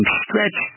stretch